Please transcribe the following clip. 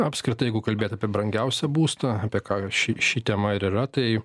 apskritai jeigu kalbėt apie brangiausią būstą apie ką jau ši ši tema ir yra tai